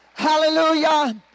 Hallelujah